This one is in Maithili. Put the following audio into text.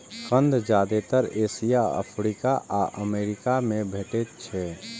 कंद जादेतर एशिया, अफ्रीका आ अमेरिका मे भेटैत छैक